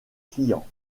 clients